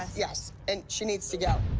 yes. and she needs to go.